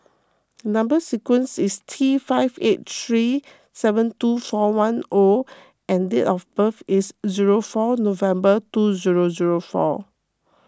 Number Sequence is T five eight three seven two four one O and date of birth is zero four November two zero zero four